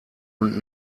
und